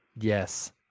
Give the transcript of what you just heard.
Yes